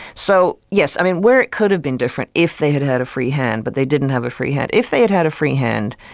so yes, i mean where it could have been different if they had had a free hand, but they didn't have a free hand. if they had had a free hand,